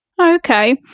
Okay